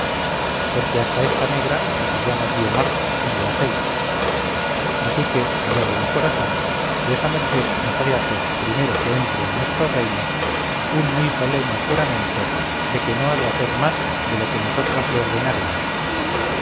porque hasta esta negra que se llama guiomar es doncella así que señor de mi corazón vuesa merced nos ha de hacer primero que entre en nuestro reino un muy solene juramento de que no ha de hacer más de lo que nosotras le ordenáremos